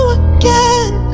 again